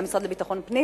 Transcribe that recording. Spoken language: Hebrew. גם למשרד לביטחון הפנים